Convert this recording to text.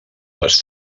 les